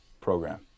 program